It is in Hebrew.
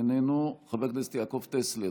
איננו, חבר הכנסת יעקב טסלר,